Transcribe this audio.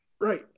right